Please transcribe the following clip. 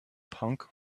punk